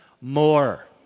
more